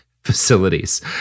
facilities